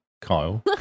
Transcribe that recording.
Kyle